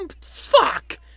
Fuck